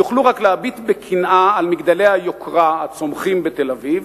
יוכלו רק להביט בקנאה על מגדלי היוקרה הצומחים עכשיו בתל-אביב,